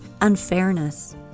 unfairness